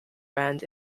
rand